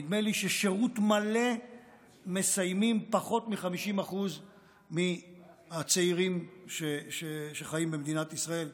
נדמה לי ששירות מלא מסיימים פחות מ-50% מהצעירים שחיים במדינת ישראל,